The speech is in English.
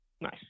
Nice